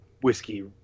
whiskey